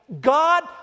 God